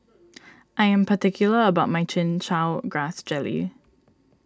I am particular about my Chin Chow Grass Jelly